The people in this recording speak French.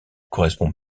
correspond